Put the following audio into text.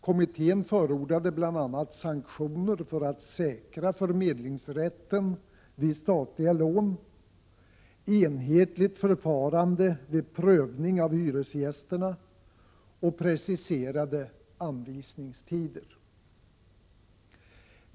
Kommittén förordade bl.a. sanktioner för att säkra förmedlingsrätten vid statliga lån, enhetligt förfarande vid prövning av hyresgästerna och preciserade anvisningstider.